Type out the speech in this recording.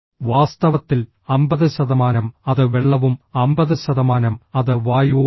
വാസ്തവത്തിൽ അമ്പത് ശതമാനം അത് വെള്ളവും 50 ശതമാനം അത് വായുവുമാണ്